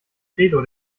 credo